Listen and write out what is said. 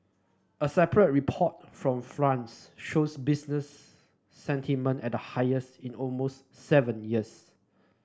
a separate report from France showed business sentiment at the highest in almost seven years